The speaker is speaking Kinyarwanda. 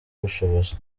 ubushobozi